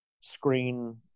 screen